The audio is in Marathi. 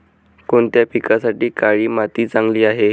कोणत्या पिकासाठी काळी माती चांगली आहे?